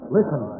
Listen